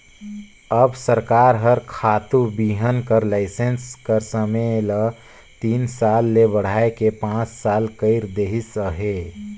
अब सरकार हर खातू बीहन कर लाइसेंस कर समे ल तीन साल ले बढ़ाए के पाँच साल कइर देहिस अहे